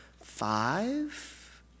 five